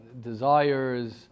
desires